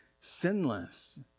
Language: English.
sinless